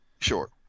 Sure